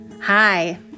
Hi